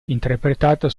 interpretata